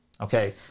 Okay